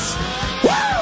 Woo